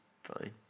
fine